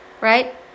right